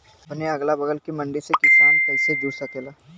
अपने अगला बगल के मंडी से किसान कइसे जुड़ सकेला?